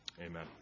Amen